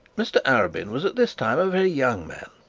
mr arabin was at this time a very young man,